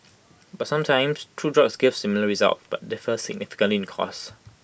but sometimes two drugs give similar results but differ significantly in costs